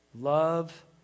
love